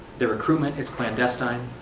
their recruitment is clandestine.